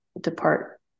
depart